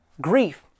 Grief